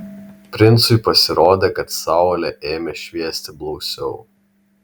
princui pasirodė kad saulė ėmė šviesti blausiau